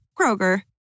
Kroger